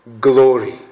glory